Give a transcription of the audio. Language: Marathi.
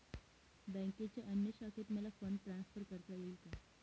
बँकेच्या अन्य शाखेत मला फंड ट्रान्सफर करता येईल का?